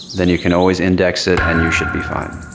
then you can always index it and you should be fine.